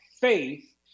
faith